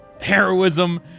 heroism